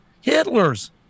Hitler's